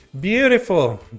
Beautiful